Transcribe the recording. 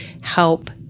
help